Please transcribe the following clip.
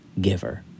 giver